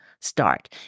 start